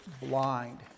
blind